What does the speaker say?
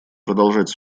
продолжать